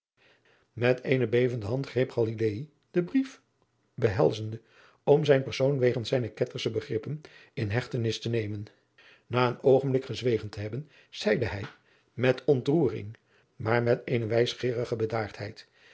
met eene bevende hand greep galilaei den brief behelzende om zijn persoon wegens zijne kettersche begrippen in hechtenis te nemen na een oogenblik gezwegen te hebben zeide hij met ontroering maar met eene wijsgeerige bedaardheid